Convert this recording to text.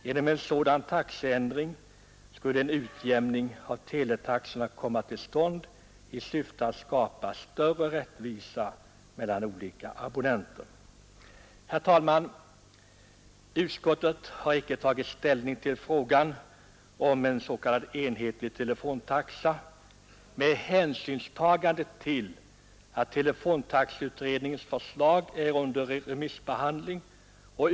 Genom en sådan taxeändring skulle en utjämning av teletaxorna komma till stånd i syfte att skapa större rättvisa mellan olika abonnenter. Herr talman! Utskottet har icke tagit ställning till frågan om en s.k. enhetlig telefontaxa, med hänsyn till att telefontaxeutredningens förslag är under remissbehandling.